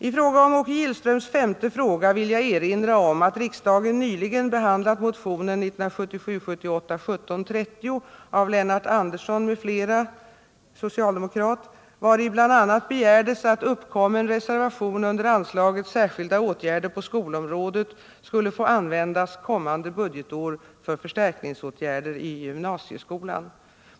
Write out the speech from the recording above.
I fråga om Åke Gillströms femte fråga vill jag erinra om att riksdagen nyligen behandlat motionen 1977/78:1730 av Lennart Andersson m.fl. , vari bl.a. begärdes att uppkommen reservation under anslaget Särskilda åtgärder på skolområdet skulle få användas kommande budgetår för förstärkningsåtgärder i gymnasieskolan.